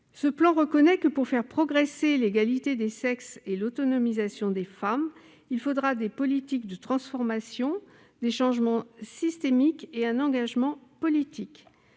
Ce plan reconnaît que, pour faire progresser l'égalité des sexes et l'autonomisation des femmes, il faudra des politiques de transformation, des changements systémiques et un engagement politique.